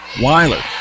Weiler